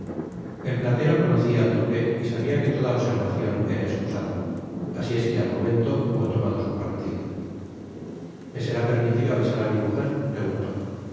el platero conocia al duque y sabia que toda observacion era escusada asi es que al momento hubo tomado su partido me será permitido avisar á mi mujer preguntó